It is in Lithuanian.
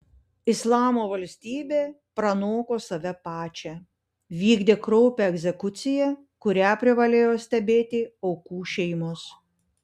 islamo valstybė pranoko save pačią vykdė kraupią egzekuciją kurią privalėjo stebėti aukų šeimos